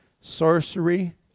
sorcery